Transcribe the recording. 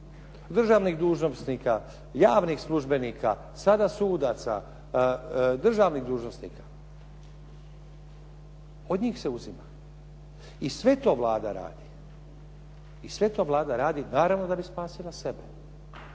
državnih dužnosnika, javnih službenika, sada sudaca, državnih dužnosnika. Od njih se uzima. I sve to Vlada radi, i sve to Vlada radi naravno da bi spasila sebe,